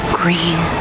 green